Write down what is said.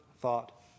thought